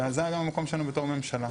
וזה גם המקום שלנו בתור ממשלה,